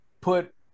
put